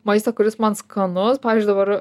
maistą kuris man skanus pavyzdžiui dabar